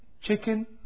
chicken